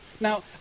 Now